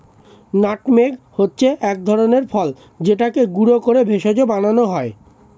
nutmeg হচ্ছে এক ধরনের ফল যেটাকে গুঁড়ো করে ভেষজ বানানো হয়